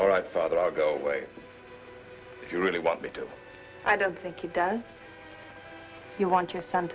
all right father i'll go away if you really want me to i don't think it does you want your son